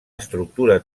estructura